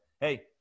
Hey